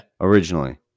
Originally